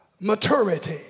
maturity